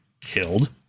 killed